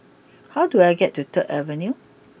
how do I get to third Avenue